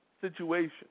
situation